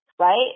right